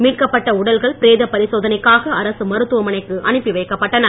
மீட்க பட்ட உடல்கள் பிரேதபரிசோதனைக்காக மருத்துவமனைக்கு அரசு அனுப்பி வைக்கப்பட்டன